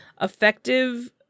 effective